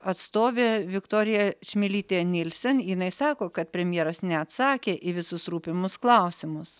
atstovė viktorija čmilytė nielsen jinai sako kad premjeras neatsakė į visus rūpimus klausimus